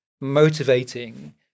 motivating